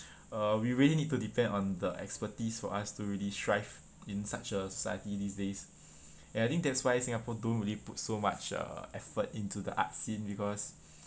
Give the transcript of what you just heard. uh we really need to depend on the expertise for us to really strive in such a society these days and I think that's why singapore don't really put so much uh effort into the art scene because